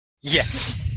Yes